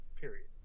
Period